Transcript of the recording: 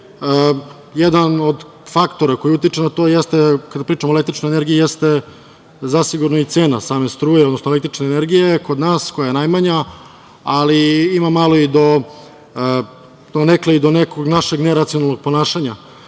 i jedan od faktora koji utiče na to jeste, kada pričamo o električnoj energiji, zasigurno i cena struje, odnosno električne energije kod nas koja je najmanja, ali ima malo i do nekog našeg neracionalnog ponašanja.